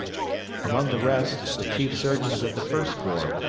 among the rest, the chief surgeons of the first corps,